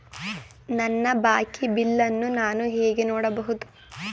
ನನ್ನ ಬಾಕಿ ಬಿಲ್ ಅನ್ನು ನಾನು ಹೇಗೆ ನೋಡಬಹುದು?